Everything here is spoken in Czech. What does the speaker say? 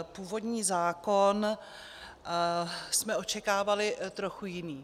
Původní zákon jsme očekávali trochu jiný.